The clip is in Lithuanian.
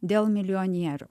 dėl milijonierių